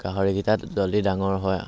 গাহৰি কিটা জলদি ডাঙৰ হয়